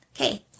Okay